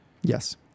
Yes